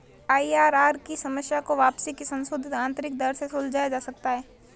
IRR की समस्या को वापसी की संशोधित आंतरिक दर से सुलझाया जा सकता है